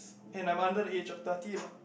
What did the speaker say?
and I'm under the age of thirty lah